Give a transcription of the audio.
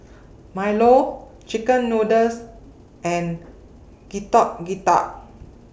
Milo Chicken Noodles and Getuk Getuk